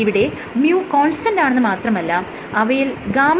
ഇവിടെ µ കോൺസ്റ്റന്റാണെന്ന് മാത്രമല്ല അവയിൽ γ